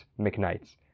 McKnight's